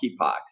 monkeypox